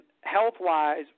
health-wise